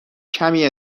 کمی